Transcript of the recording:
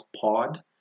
Pod